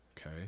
okay